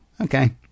Okay